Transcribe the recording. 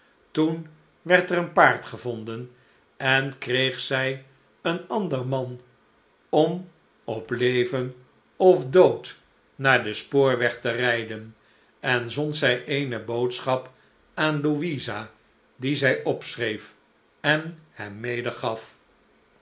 toen werd er een paard gevonden en kreeg zij een ander man om op leven of dood naar den spoorweg te rijden en zond zij eene boodschap aan louisa die zij opschreef en hem medegaf